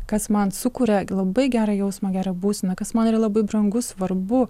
kas man sukuria labai gerą jausmą gerą būseną kas man yra labai brangu svarbu